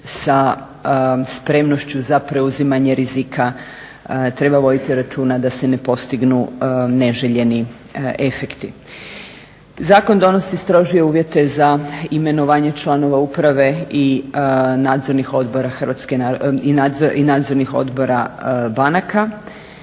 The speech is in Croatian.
sa spremnošću za preuzimanje rizika treba voditi računa da se ne postignu neželjeni efekti. Zakon donosi strože uvjete za imenovanje članova uprave i nadzornih odbora banaka.